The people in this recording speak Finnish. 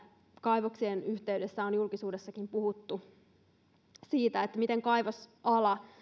kaivoksien yhteydessä on julkisuudessakin puhuttu on se miten kaivosala